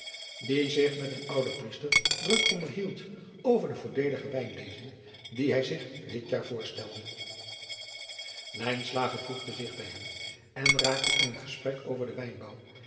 die zich met een ouden riester druk onderhield over de voordeelige wijnlezing die hij zich dit jaar voorstelde voegde zich bij hen en raakte in een gesprek over den